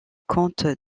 comptes